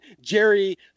Jerry